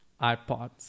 iPods